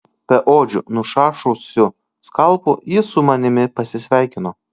beodžiu nušašusiu skalpu jis su manimi pasisveikino